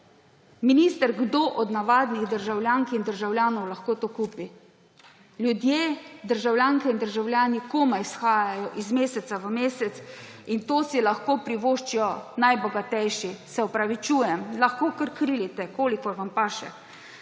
Minister, kdo od navadnih državljank in državljanov lahko to kupi? Ljudje, državljanke in državljani komaj shajajo iz meseca v mesec in to si lahko privoščijo najbogatejši, se opravičujem. Lahko kar krilite, kolikor vam paše.